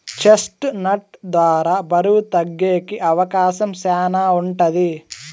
chest నట్ ద్వారా బరువు తగ్గేకి అవకాశం శ్యానా ఉంటది